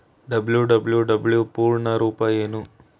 WWW ಪೂರ್ಣ ರೂಪ ಏನು?